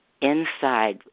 inside